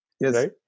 Yes